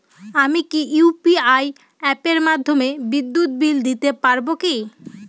আমি কি ইউ.পি.আই অ্যাপের মাধ্যমে বিদ্যুৎ বিল দিতে পারবো কি?